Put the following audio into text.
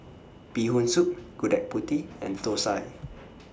Bee Hoon Soup Gudeg Putih and Thosai